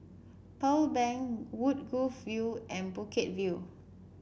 Pearl Bank Woodgrove View and Bukit View